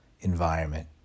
environment